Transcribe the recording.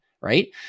right